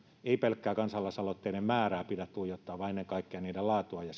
ei pelkkää kansalaisaloitteiden määrää pidä tuijottaa vaan ennen kaikkea niiden laatua ja